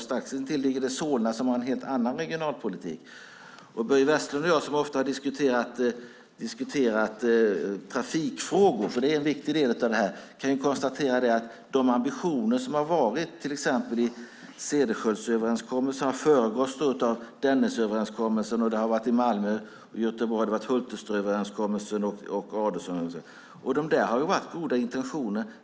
Strax intill ligger Solna som har en helt annan kommunalpolitik. Börje Vestlund och jag har ofta diskuterat trafikfrågor. Det är en viktig del av detta. Vi kan konstatera att de ambitioner som till exempel har varit i Cederschiöldsöverenskommelsen har föregåtts av Dennisöverenskommelsen, och i Göteborg har det varit Hulterströmsöverenskommelsen och Adelsohnöverenskommelsen. Det har varit goda intentioner.